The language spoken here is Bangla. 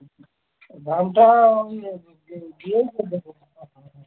দামটা ওই গিয়েই বলবো